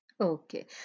Okay